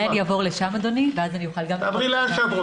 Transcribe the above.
מעבר לתועלות האישיות,